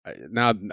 Now